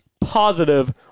Positive